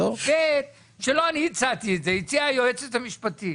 ב' שלא אני הצעתי את זה הציעה היועצת המשפטית,